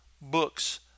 books